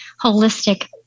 holistic